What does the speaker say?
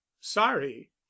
sorry